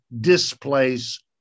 displace